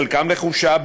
חלקם לחופשה,